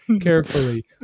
carefully